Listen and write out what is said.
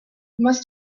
must